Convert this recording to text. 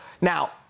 Now